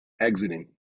exiting